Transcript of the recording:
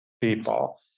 People